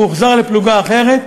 הוא הוחזר לפלוגה אחרת.